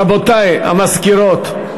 רבותי, המזכירות.